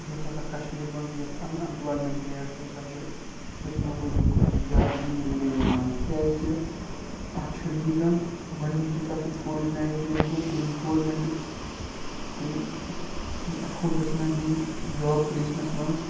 یۄس ہسا کَشمیٖر منٛز یۄس اَن ایٚمپلایمیٚنٛٹ ریٹ چھِ سۄ چھِ پٔتۍ میٚو ؤریو کھۄتہٕ زیادٕ یِم نٕے ؤرۍ یَن منٛز کیٛازِکہِ اَتھ چھُ ریٖزَن گۄڈنِچی کَتھ یُس کووِڈ ناِینٹیٖن گوٚو بیٚیہِ گورم۪نٹٕکۍ تِم تِم اٮ۪فوٹٕس نہٕ دِنۍ جاب کریشنَس منٛز